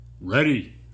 Ready